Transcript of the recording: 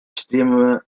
streamer